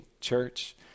church